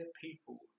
people